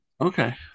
okay